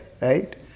right